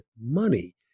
money